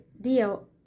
deal